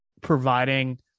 providing